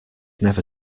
never